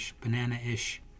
banana-ish